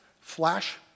flash